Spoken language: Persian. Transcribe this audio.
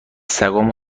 سگامو